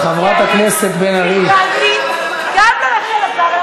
גם לרחל עזריה